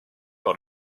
par